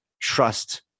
trust